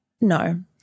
No